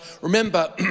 remember